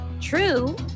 True